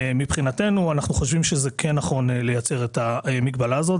ואנחנו חושבים שנכון לייצר את המגבלה הזאת.